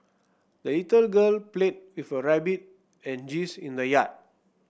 the little girl played with her rabbit and geese in the yard